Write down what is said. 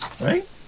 right